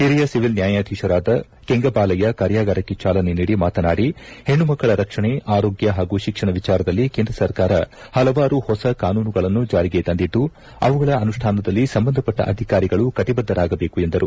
ಹಿರಿಯ ಸಿವಿಲ್ ನ್ಯಾಯಾಧೀಶರಾದ ಕೆಂಗಬಾಲಯ್ಯ ಕಾರ್ಯಾಗಾರಕ್ಕೆ ಚಾಲನೆ ನೀಡಿ ಮಾತನಾಡಿ ಹೆಣ್ಣು ಮಕ್ಕಳ ರಕ್ಷಣೆ ಆರೋಗ್ಯ ಪಾಗೂ ಶಿಕ್ಷಣ ವಿಚಾರದಲ್ಲಿ ಕೇಂದ್ರ ಸರ್ಕಾರ ಹಲವಾರು ಹೊಸ ಕಾನೂನುಗಳನ್ನು ಜಾರಿಗೆ ತಂದಿದ್ದು ಅವುಗಳ ಅನುಷ್ಠಾನದಲ್ಲಿ ಸಂಬಂಧಪಟ್ಟ ಅಧಿಕಾರಿಗಳು ಕಟಿಬದ್ದರಾಗಿರಬೇಕು ಎಂದರು